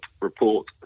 report